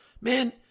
Man